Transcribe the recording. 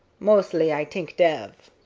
mostly i t'ink dev.